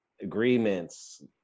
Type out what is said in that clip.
agreements